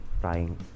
trying